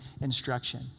instruction